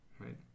right